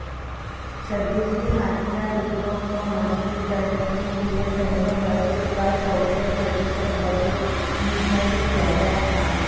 स्वदेशी हथियार उद्योग को मजबूत करने के लिए सैन्य बजट का चौसठ प्रतिशत बजट निर्धारित किया गया था